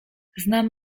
znam